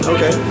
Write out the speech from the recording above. Okay